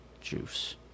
Juice